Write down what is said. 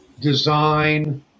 design